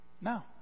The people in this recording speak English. No